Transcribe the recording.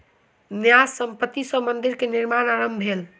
न्यास संपत्ति सॅ मंदिर के निर्माण आरम्भ भेल